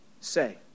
say